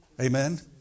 Amen